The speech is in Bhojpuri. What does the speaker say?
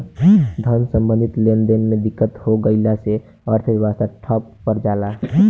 धन सम्बन्धी लेनदेन में दिक्कत हो गइला से अर्थव्यवस्था ठप पर जला